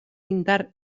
indar